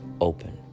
open